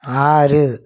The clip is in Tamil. ஆறு